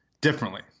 differently